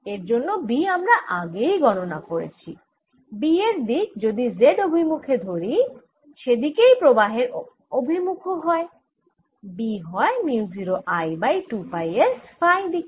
এর জন্য B আমরা আগেই গণনা করেছি B এর দিক যদি z অভিমুখে ধরি সেদিকেই প্রবাহের অভিমুখ ও B হয় mu 0 I by 2 pi s phi দিকে